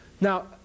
Now